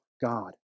God